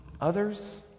Others